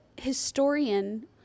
historian